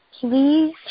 please